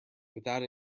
without